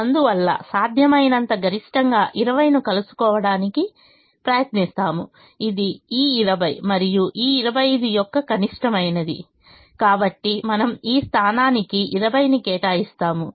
అందువల్ల సాధ్యమైనంత గరిష్టంగా 20 ను కలుసుకోవడానికి ప్రయత్నిస్తాము ఇది ఈ 20 మరియు ఈ 25 యొక్క కనిష్టమైనది కాబట్టి మనము ఈ స్థానానికి 20 ని కేటాయిస్తాము